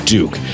Duke